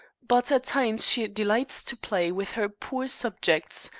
but at times she delights to play with her poor subjects,